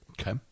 Okay